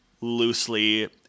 loosely